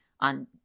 on